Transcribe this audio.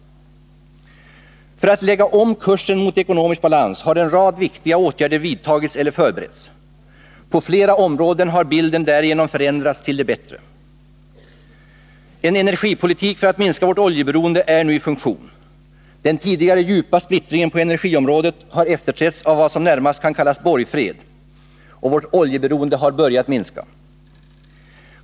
För att lägga om kursen mot ekonomisk balans har en rad viktiga åtgärder vidtagits eller förberetts. På flera områden har bilden därigenom förändrats till det bättre. En energipolitik för att minska vårt oljeberoende är nu i funktion. Den tidigare djupa splittringen på energiområdet har efterträtts av vad som närmast kan kallas borgfred, och vårt oljeberoende har börjat minska.